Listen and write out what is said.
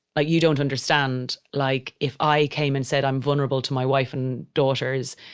ah you don't understand. like, if i came and said i'm vulnerable to my wife and daughters,